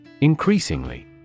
Increasingly